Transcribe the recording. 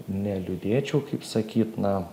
neliūdėčiau kaip sakyt na